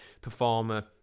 performer